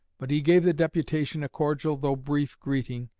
but he gave the deputation a cordial though brief greeting,